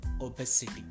obesity